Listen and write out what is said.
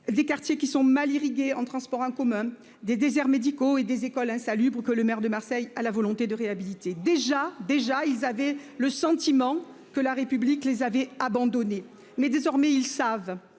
des quartiers qui sont mal irriguées en transports en commun des déserts médicaux et des écoles insalubre que le maire de Marseille à la volonté de réhabiliter déjà déjà ils avaient le sentiment que la République les avait abandonnés. Mais désormais, ils savent